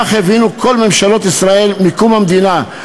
כך הבינו כל ממשלות ישראל מקום המדינה,